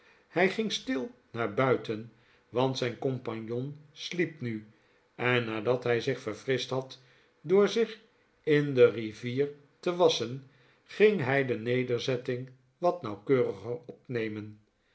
hij ging stil naar buiten want zijn compagnon sliep nu en nadat hij zich verfrischt had door zich in de rivier te wasschen ging hij de nederzetting wat nauwkeuriger opnemen